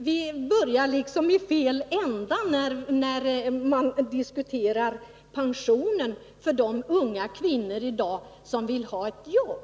Vi börjar i fel ände när vi diskuterar pensionen för de unga kvinnor som i dag vill ha ett jobb.